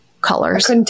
colors